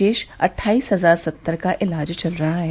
शेष अट्ठाइस हजार सत्तर का इलाज चल रहा है